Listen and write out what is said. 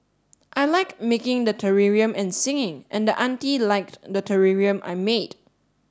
I like making the terrarium and singing and the auntie liked the terrarium I made